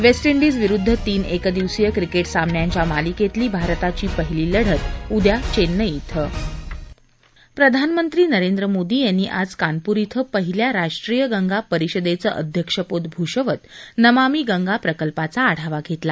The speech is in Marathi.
वेस्ट डिज विरूदध तीन एकदिवसीय क्रिकेट सामन्यांच्या मालिकेतली भारताची पहिली लढत उद्या चेन्नई किं प्रधानमंत्री नरेंद्र मोदी यांनी आज कानपूर कें पहिल्या राष्ट्रीय गंगा परिषदेचं अध्यक्षपद भूषवत नमामि गंगा प्रकल्पाचा आढावा घेतला